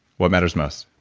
what matters most?